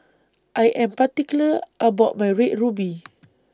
I Am particular about My Red Ruby